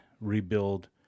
rebuild